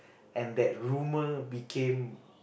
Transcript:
and that rumor became